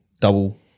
double